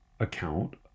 account